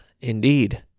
indeed